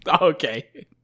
Okay